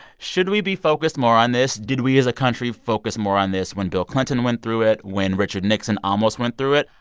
should we be focused more on this? did we as a country focus more on this when bill clinton went through it, when richard nixon almost went through it?